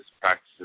practices